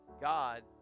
God